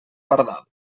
pardal